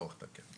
לפתוח את הקרן.